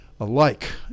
alike